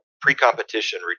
pre-competition